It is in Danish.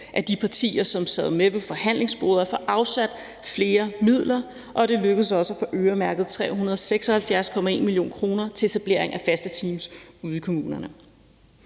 af de partier, som sad med ved forhandlingsbordet, at få afsat flere midler, og det lykkedes også at få øremærket 376,1 mio. kr. til etablering af faste teams ude i kommunerne.